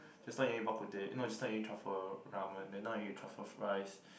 just now you ate Bak-Kut-Teh eh no just now you eat truffle ramen then now you eat truffle fries